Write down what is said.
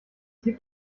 gibt